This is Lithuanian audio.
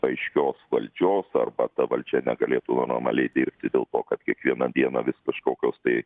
aiškios valdžios arba ta valdžia negalėtų normaliai dirbti dėl to kad kiekvieną dieną vis kažkokios tai